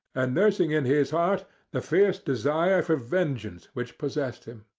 and nursing in his heart the fierce desire for vengeance which possessed him.